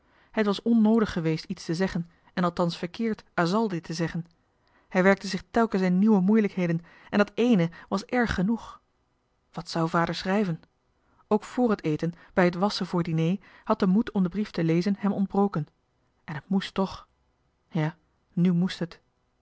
het was onnoodig geweest iets te zeggen en althans verkeerd asal dit te zeggen hij werkte zich telkens in nieuwe moeilijkheden en dat ééne was erg genoeg wat zou vader schrijven ook vr het eten bij het wasschen voor dinner had de moed om den brief te lezen hem ontbroken en het moest toch ja nu moest het